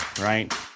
right